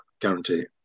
guarantee